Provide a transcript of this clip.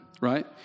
Right